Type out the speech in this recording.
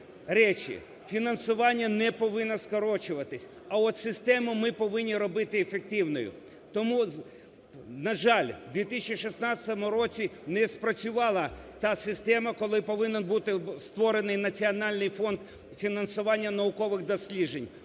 речі. Фінансування не повинно скорочуватись. А от систему ми повинні робити ефективною. Тому, на жаль, в 2016 році не спрацювала та система, коли повинен бути створений Національний фонд фінансування наукових досліджень.